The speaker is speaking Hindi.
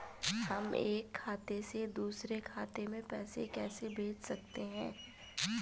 हम एक खाते से दूसरे खाते में पैसे कैसे भेज सकते हैं?